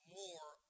more